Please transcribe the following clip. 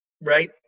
right